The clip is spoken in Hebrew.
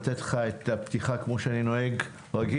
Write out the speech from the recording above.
לתת לך את הפתיחה כמו שאני נוהג רגיל,